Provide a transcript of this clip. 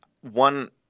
one